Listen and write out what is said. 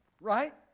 right